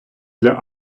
для